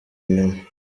nyuma